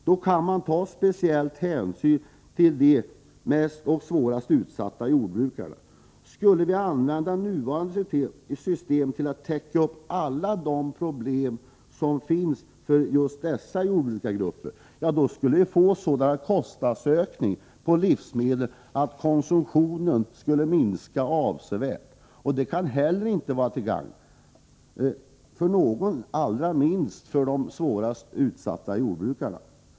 Då kan vi ta särskilda hänsyn till de mest utsatta jordbrukarna. Om vi skulle använda det nuvarande systemet till att lösa alla de svårigheter som finns för vissa jordbrukargrupper, skulle vi få så stora kostnadsökningar på livsmedel att konsumtionen skulle minska avsevärt. Inte heller detta kan vara till gagn för någon — allra minst för de i jordbruket sysselsatta.